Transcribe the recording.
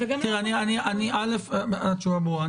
התשובה ברורה.